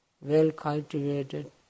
well-cultivated